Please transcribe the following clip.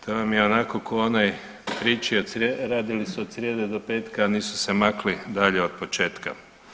To vam je onako ko u onaj priči radili su od srijede do petka, a nisu se makli dalje od početka.